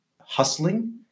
hustling